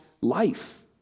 life